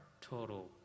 total